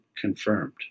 confirmed